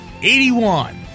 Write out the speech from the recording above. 81